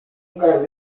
umgang